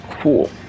Cool